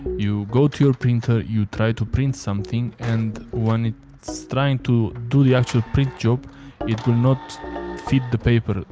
you go to your printer you try to print something and when it's trying to do the actual print job it will not feed the paper.